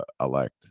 elect